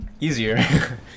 easier